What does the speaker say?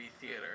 theater